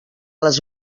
les